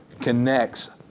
connects